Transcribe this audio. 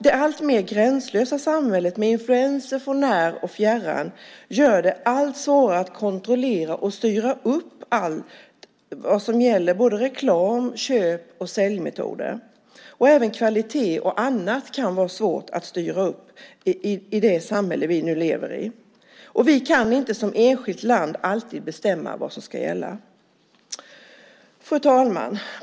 Det alltmer gränslösa samhället med influenser från när och fjärran gör det allt svårare att kontrollera och styra upp såväl reklam som köp och säljmetoder. Även kvalitet och annat kan det vara svårt att styra upp i det samhälle vi nu lever i. Vi kan inte som enskilt land alltid bestämma vad som ska gälla. Fru talman!